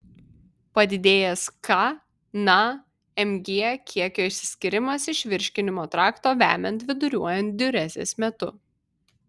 padidėjęs k na mg kiekio išsiskyrimas iš virškinimo trakto vemiant viduriuojant diurezės metu